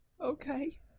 Okay